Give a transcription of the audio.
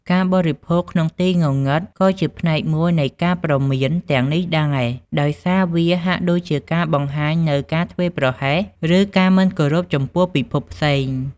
ការបរិភោគក្នុងទីងងឹត ក៏ជាផ្នែកមួយនៃការព្រមានទាំងនេះដែរ ដោយសារវាហាក់ដូចជាការបង្ហាញនូវការធ្វេសប្រហែស ឬការមិនគោរពចំពោះពិភពផ្សេង ។